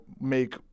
make